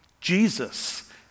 Jesus